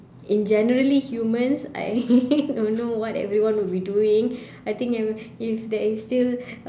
in generally humans I will know what everyone would be doing I think if there is still